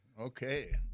Okay